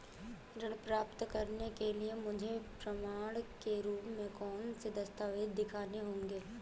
ऋण प्राप्त करने के लिए मुझे प्रमाण के रूप में कौन से दस्तावेज़ दिखाने होंगे?